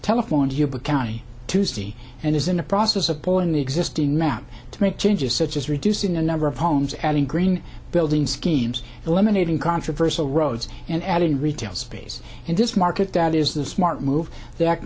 telephone tube account tuesday and is in the process of pulling the existing map to make changes such as reducing the number of homes adding green building schemes eliminating controversal roads and adding retail space in this market that is the smart move th